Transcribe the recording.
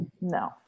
No